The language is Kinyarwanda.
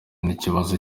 n’ikibazo